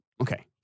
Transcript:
okay